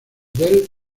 del